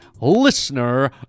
Listener